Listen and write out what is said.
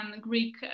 Greek